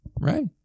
right